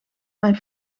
mijn